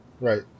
Right